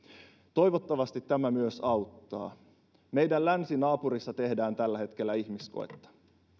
toivottavasti tämä myös auttaa meidän länsinaapurissamme tehdään tällä hetkellä ihmiskoetta